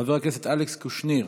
חבר הכנסת אלכס קושניר,